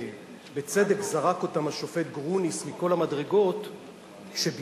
ובצדק זרק אותם השופט גרוניס מכל המדרגות כשביקשו